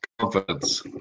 confidence